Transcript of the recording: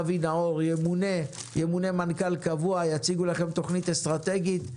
ימונה מנכ"ל קבוע ויציג לכם תוכנית קבועה.